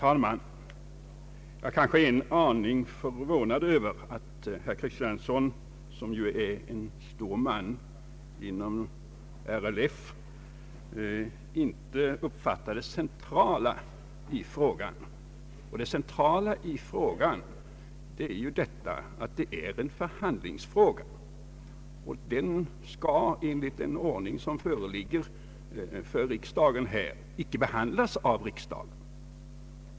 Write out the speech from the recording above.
Herr talman! Jag är en aning förvånad över att herr Axel Kristiansson, som ju är en stor man inom RLF, inte uppfattar det centrala i problemet, nämligen att detta är en förhandlingsfråga. Den skall, enligt den ordning som föreligger, icke behandlas av riksdagen.